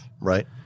Right